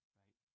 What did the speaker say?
right